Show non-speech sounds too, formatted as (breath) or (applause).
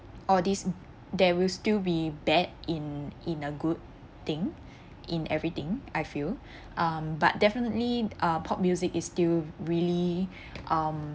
all this there will still be bad in in a good thing in everything I feel (breath) um but definitely uh pop music is still really um